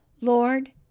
Lord